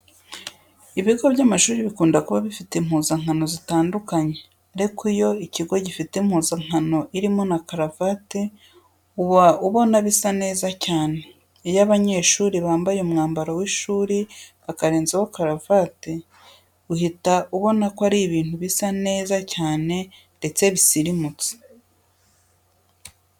Ibigo by'amashuri bikunda kuba bifite impuzankano zitandukanye ariko iyo ikigo gifite impuzankano irimo na karavati uba ubona bisa neza cyane. Iyo abanyeshuri bambaye umwambaro w'ishuri bakarenzaho karavati uhita ubona ko ari ibintu bisa neza cyane ndetse bisirimutse.